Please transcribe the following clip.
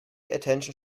attention